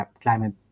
climate